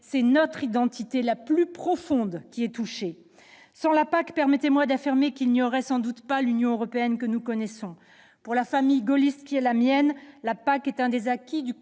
C'est notre identité la plus profonde qui est touchée. Sans la PAC, permettez-moi d'affirmer qu'il n'y aurait sans doute pas l'Union européenne que nous connaissons. Pour la famille gaulliste qui est la mienne, la PAC est l'un des acquis